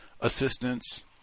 assistance